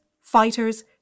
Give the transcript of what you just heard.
fighters